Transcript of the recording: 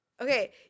Okay